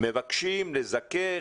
מבקשים לזכך,